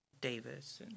Davis